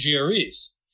GREs